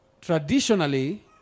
traditionally